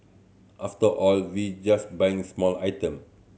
after all we just buying small item